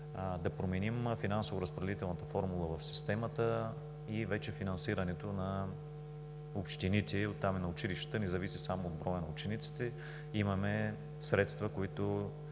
да променим финансово-разпределителната формула в системата и вече финансирането на общините, оттам и на училищата, не зависи само от броя на учениците. Имаме средства, които